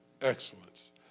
excellence